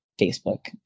Facebook